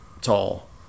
tall